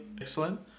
excellent